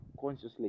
consciously